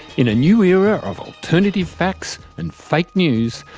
in a new era of alternative facts and fake news,